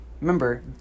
remember